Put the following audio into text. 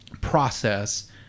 process